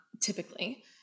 Typically